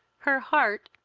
her heart,